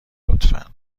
لطفا